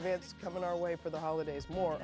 events coming our way for the holidays more